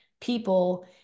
people